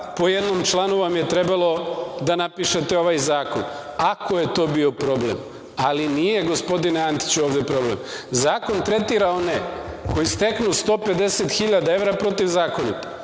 po jednom članu vam je trebalo da napišete ovaj zakon, ako je to bio problem, ali nije, gospodine Antiću, ovde problem. Zakon tretira one koji steknu 150 hiljada evra protivzakonito.